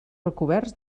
recoberts